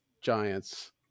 Giants